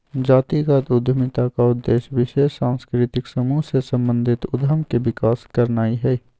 जातिगत उद्यमिता का उद्देश्य विशेष सांस्कृतिक समूह से संबंधित उद्यम के विकास करनाई हई